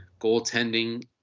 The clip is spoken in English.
goaltending